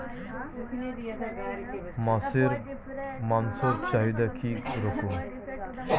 মোষের মাংসের চাহিদা কি রকম?